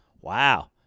Wow